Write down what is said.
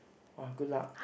!wah! good luck